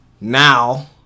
Now